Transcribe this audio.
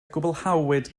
gwblhawyd